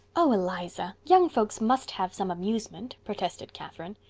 oh, eliza, young folks must have some amusement, protested catherine.